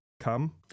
come